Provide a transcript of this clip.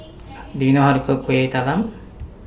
Do YOU know How to Cook Kueh Talam